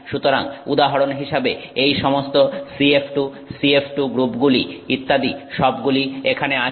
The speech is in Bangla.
সুতরাং উদাহরণ হিসেবে এই সমস্ত CF2CF2 গ্রুপগুলি ইত্যাদি সবগুলি এখানে আছে